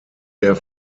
der